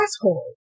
asshole